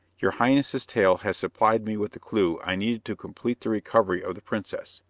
your highness's tale has supplied me with the clue i needed to complete the recovery of the princess.